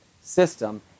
system